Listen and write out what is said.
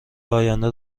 آینده